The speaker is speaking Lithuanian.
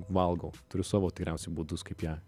valgau turiu savo tikriausiai būdus kaip ją